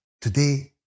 today